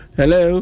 hello